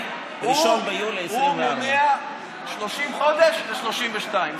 1 ביולי 2024. הוא מונע 30 חודש ו-32,